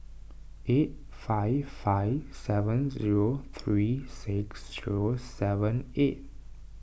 eight five five seven zero three six zero seven eight